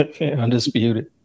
undisputed